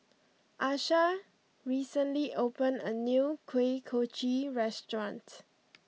Asha recently opened a new Kuih Kochi restaurant